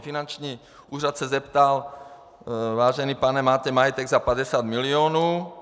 Finanční úřad se zeptal: Vážený pane, máte majetek za 50 milionů.